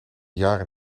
jaren